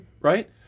right